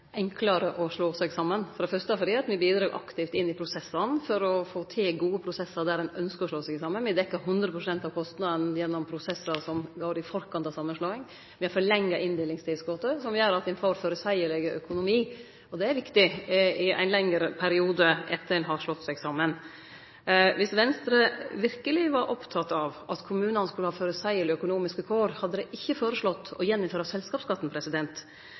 enklare å slå seg saman, for det første fordi me bidreg aktivt for å få til gode prosessar der ein ønskjer å slå seg saman. Me dekkjer 100 pst. av kostnadene til prosessar som går i forkant av ei samanslåing. Me har forlenga inndelingstilskotet, som gjer at ein får ein føreseieleg økonomi. Det er viktig i ein lengre periode etter at ein har slått seg saman. Dersom Venstre verkeleg var oppteke av at kommunane skulle ha føreseielege økonomiske kår, hadde dei ikkje føreslått å gjeninnføre selskapsskatten.